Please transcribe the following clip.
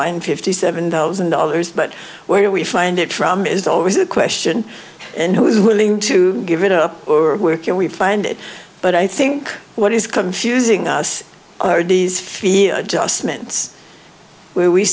hundred fifty seven thousand dollars but where do we find it from is always a question and who is willing to give it up or where can we find it but i think what is confusing us are these feel just minutes where we